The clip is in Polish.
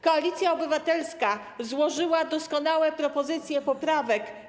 Koalicja Obywatelska złożyła doskonałe propozycje poprawek.